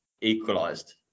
equalised